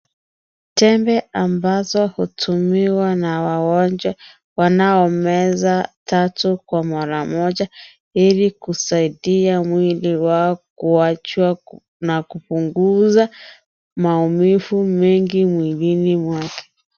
Tembe ambazo hutumiwa na wagonjwa, wanaomeza tatu kwa mara moja, ili kusaidia mwili wao kuacha na kupunguza maumivu mwingi mwilini mwake.